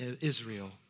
Israel